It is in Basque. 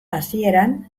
hasieran